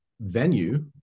venue